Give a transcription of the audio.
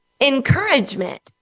encouragement